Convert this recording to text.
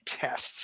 tests